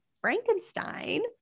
Frankenstein